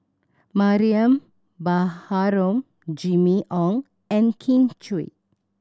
Mariam Baharom Jimmy Ong and Kin Chui